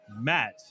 Matt